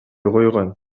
койгон